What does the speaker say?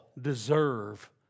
deserve